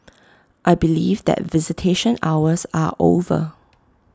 I believe that visitation hours are over